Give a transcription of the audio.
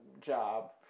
job